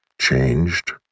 changed